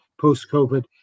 post-COVID